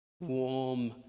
Warm